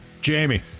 Jamie